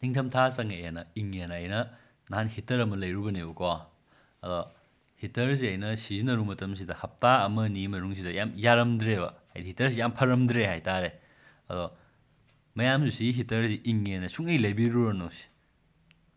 ꯅꯤꯡꯊꯝꯊꯥ ꯆꯪꯉꯛꯑꯦꯅ ꯏꯪꯉꯦꯅ ꯑꯩꯅ ꯅꯍꯥꯟ ꯍꯤꯇꯔ ꯑꯃ ꯂꯩꯔꯨꯕꯅꯦꯕꯀꯣ ꯍꯤꯇꯔꯁꯦ ꯑꯩꯅ ꯁꯤꯖꯤꯟꯟꯔꯨꯕ ꯃꯇꯝꯁꯤꯗ ꯍꯞꯇꯥ ꯑꯃ ꯑꯅꯤꯒꯤ ꯃꯅꯨꯡꯁꯤꯗ ꯌꯥꯝꯅ ꯌꯥꯔꯝꯗ꯭ꯔꯦꯕ ꯍꯥꯏꯗꯤ ꯍꯤꯇꯔꯁꯦ ꯌꯥꯝꯅ ꯐꯔꯝꯗ꯭ꯔꯦ ꯍꯥꯏꯕ ꯇꯥꯔꯦ ꯑꯗꯣ ꯃꯌꯥꯝꯁꯨ ꯁꯤꯒꯤ ꯍꯤꯇꯔꯁꯦ ꯏꯪꯉꯦꯅ ꯁꯨꯡꯂꯩ ꯂꯩꯕꯤꯔꯨꯔꯅꯨ ꯁꯤ